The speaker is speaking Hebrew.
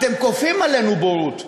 אתם כופים עלינו בורות.